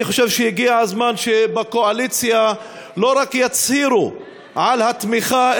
אני חושב שהגיע הזמן שבקואליציה לא רק יצהירו על התמיכה,